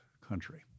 country